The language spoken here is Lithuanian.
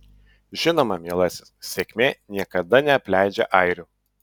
žinoma mielasis sėkmė niekada neapleidžia airių